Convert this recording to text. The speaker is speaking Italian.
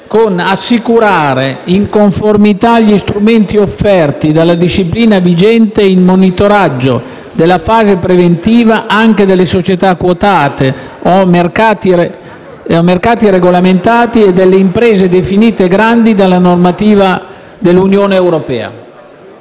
ad assicurare, in conformità agli strumenti offerti dalla disciplina vigente, il monitoraggio della fase preventiva anche delle società quotate in mercati regolamentati e delle imprese definite grandi dalla normativa UE».